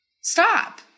Stop